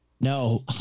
No